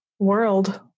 World